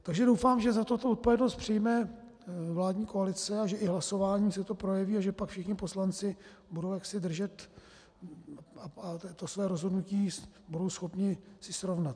Takže doufám, že za to tu odpovědnost přijme vládní koalice a že i v hlasování se to projeví a že pak všichni poslanci budou držet a to své rozhodnutí budou schopni si srovnat.